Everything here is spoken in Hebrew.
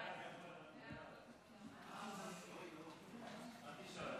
ההצעה להעביר את הצעת